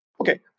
Okay